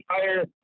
entire